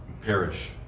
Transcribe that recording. perish